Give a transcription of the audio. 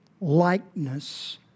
likeness